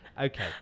Okay